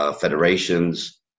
Federations